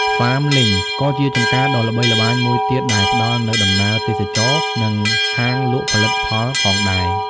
FarmLink ក៏ជាចម្ការដ៏ល្បីល្បាញមួយទៀត ដែលផ្តល់នូវដំណើរទេសចរណ៍ និងហាងលក់ផលិតផលផងដែរ ។